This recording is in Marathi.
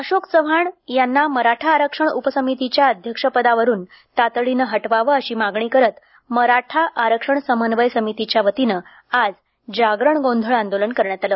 अशोक चव्हाण यांना मराठा आरक्षण उपसमितीच्या अध्यक्षपदावरून तातडीने हटवावे अशी मागणी करीत मराठा आरक्षण समन्वय समितीच्या वतीने आज जागरण गोंधळ आंदोलन करण्यात आले